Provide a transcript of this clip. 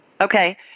Okay